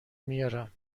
میارم